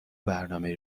برنامه